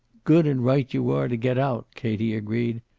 good and right you are to get out, katie agreed.